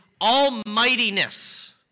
almightiness